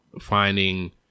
finding